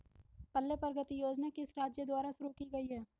पल्ले प्रगति योजना किस राज्य द्वारा शुरू की गई है?